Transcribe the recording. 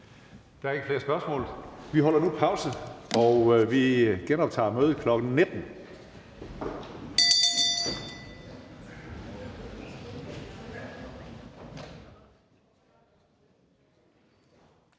Der er ikke flere spørgsmål. Vi holder nu pause, og vi genoptager mødet kl. 19.00.